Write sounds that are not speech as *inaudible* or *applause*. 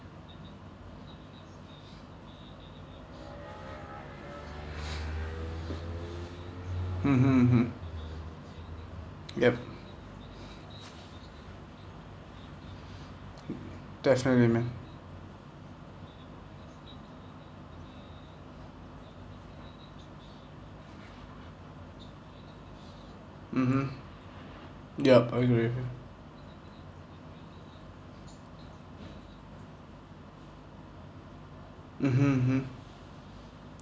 mmhmm mmhmm *noise* yup definitely man mmhmm yup I agree with you mmhmm mmhmm